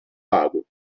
lago